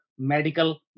medical